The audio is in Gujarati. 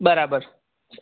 બરાબર